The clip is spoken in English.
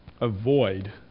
avoid